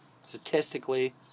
Statistically